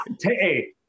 hey